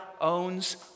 owns